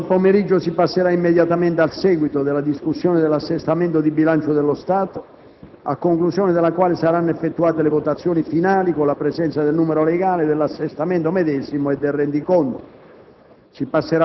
Oggi pomeriggio si passerà immediatamente al seguito della discussione dell'assestamento del bilancio dello Stato, a conclusione della quale saranno effettuate le votazioni finali - con la presenza del numero legale - dell'assestamento medesimo e del rendiconto.